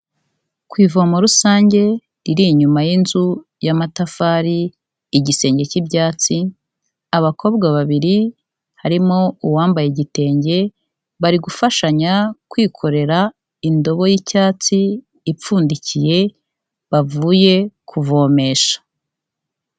Ku ivomo rusange riri inyuma y'inzu y'amatafari, igisenge cy'ibyatsi, abakobwa babiri harimo uwambaye igitenge, bari gufashanya kwikorera indobo y'icyatsi ipfundikiye bavuye kuvomesha.